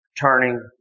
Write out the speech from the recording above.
Turning